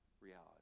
reality